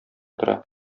тора